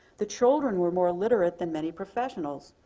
the children were more literate than many professionals.